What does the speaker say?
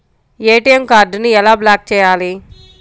ATM కార్డుని ఎలా block చేయాలి?